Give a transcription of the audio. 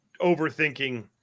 overthinking